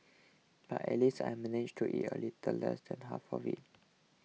but at least I managed to eat a little less than half of it